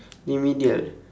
remedial